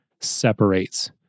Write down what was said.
separates